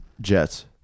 Jets